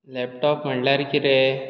laptop म्हणल्यार कितें